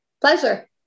Pleasure